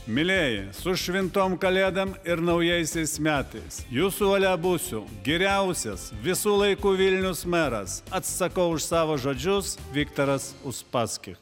mielieji su šventom kalėdom ir naujaisiais metais jūsų valia būsiu geriausias visų laikų vilniaus meras atsakau už savo žodžius viktaras uspaskich